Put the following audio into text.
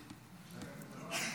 תודה רבה,